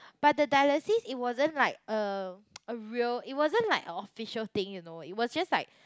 but the dialysis it wasn't like uh a real it wasn't like a official thing you know it was just like